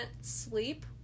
sleep